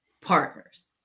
partners